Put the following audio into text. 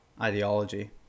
ideology